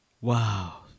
Wow